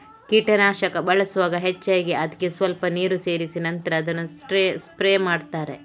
ಕೀಟನಾಶಕ ಬಳಸುವಾಗ ಹೆಚ್ಚಾಗಿ ಅದ್ಕೆ ಸ್ವಲ್ಪ ನೀರು ಸೇರಿಸಿ ನಂತ್ರ ಅದನ್ನ ಸ್ಪ್ರೇ ಮಾಡ್ತಾರೆ